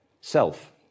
self